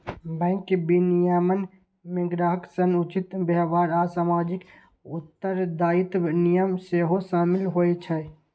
bank विनियमन मे ग्राहक सं उचित व्यवहार आ सामाजिक उत्तरदायित्वक नियम सेहो शामिल होइ छै